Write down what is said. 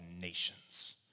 nations